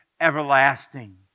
Everlasting